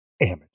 amateur